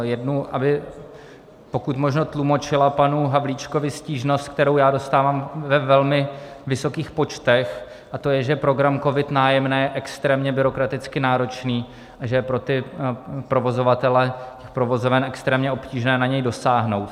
Jednu, aby pokud možno tlumočila panu Havlíčkovi stížnost, kterou já dostávám ve velmi vysokých počtech, a to je, že program COVID Nájemné je extrémně byrokratický náročný a že je pro ty provozovatele provozoven extrémně obtížné na něj dosáhnout.